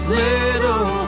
little